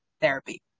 therapy